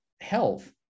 health